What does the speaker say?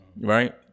right